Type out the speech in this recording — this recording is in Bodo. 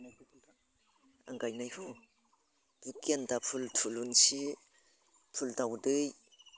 आं गायनायखौ बे गेन्दा फुल थुलुसि फुल दाउदै